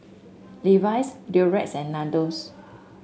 Levi's Durex and Nandos